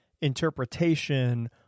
interpretation